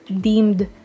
deemed